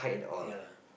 ya lah